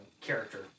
character